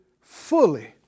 fully